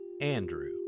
Andrew